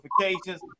notifications